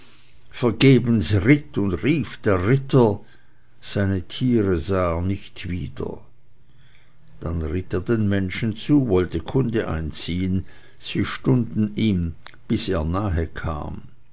vergebens ritt und rief der ritter seine tiere sah er nicht wieder da ritt er den menschen zu wollte kunde einziehen sie stunden ihm bis er nahekam da